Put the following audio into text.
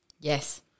Yes